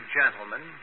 gentlemen